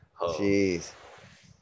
Jeez